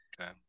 Okay